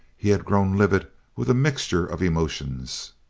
he had grown livid with a mixture of emotions.